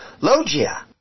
logia